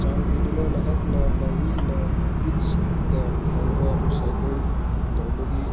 ꯆꯥꯟꯕꯤꯗꯨꯅ ꯅꯍꯥꯛꯅ ꯃꯔꯤꯅ ꯄꯤꯠꯁꯗ ꯐꯪꯕ ꯔꯤꯁꯥꯏꯀꯜ ꯇꯧꯕꯒꯤ